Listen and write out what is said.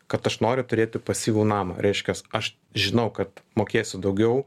kad aš noriu turėti pasyvų namą reiškias aš žinau kad mokėsiu daugiau